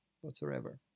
whatsoever